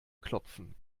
klopfen